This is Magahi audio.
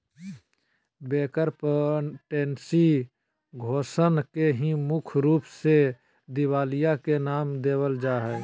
बैंकरप्टेन्सी घोषणा के ही मुख्य रूप से दिवालिया के नाम देवल जा हय